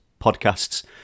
podcasts